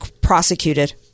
prosecuted